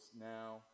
now